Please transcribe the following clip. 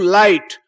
light